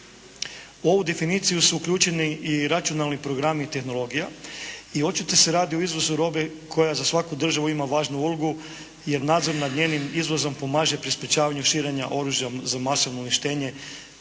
U ovu definiciju su upućeni i računalni programi tehnologija i očito se radi o izvozu robe koja za svaku državu ima važnu ulogu, jer nadzor nad njenim izvozom pomaže pri sprječavanju širenja oružja za masovno uništenje